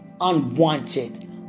Unwanted